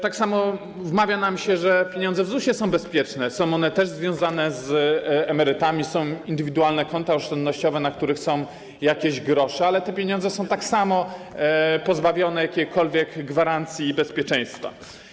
Tak samo wmawia nam się, że pieniądze w ZUS-ie są bezpieczne, są one też związane z emerytami, są indywidualne konta oszczędnościowe, na których są jakieś grosze, ale te pieniądze są tak samo pozbawione jakiejkolwiek gwarancji i bezpieczeństwa.